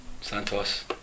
Santos